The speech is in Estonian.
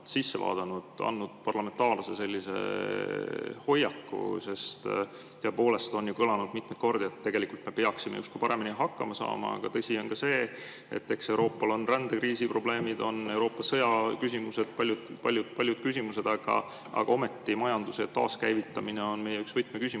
sisse vaadanud, andnud parlamentaarse hoiaku? Sest tõepoolest, on ju kõlanud mitmeid kordi, et me peaksime justkui paremini hakkama saama. Tõsi on ka see, eks Euroopal on rändekriisiprobleemid, on sõja küsimused ja paljud küsimused veel, aga ometi majanduse taaskäivitamine on meie üks võtmeküsimusi,